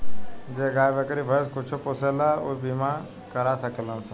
जे गाय, बकरी, भैंस कुछो पोसेला ऊ इ बीमा करा सकेलन सन